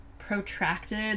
Protracted